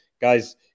guys